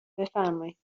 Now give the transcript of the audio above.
بفرمایید